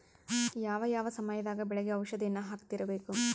ಯಾವ ಯಾವ ಸಮಯದಾಗ ಬೆಳೆಗೆ ಔಷಧಿಯನ್ನು ಹಾಕ್ತಿರಬೇಕು?